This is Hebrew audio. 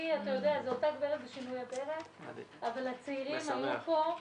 זו אותה גברת בשינוי אדרת, אבל הצעירים היו פה,